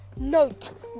note